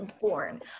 born